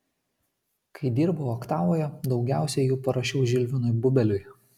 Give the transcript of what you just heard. kai dirbau oktavoje daugiausiai jų parašiau žilvinui bubeliui